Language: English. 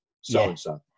so-and-so